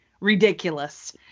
ridiculous